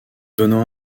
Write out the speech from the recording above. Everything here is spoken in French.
donnant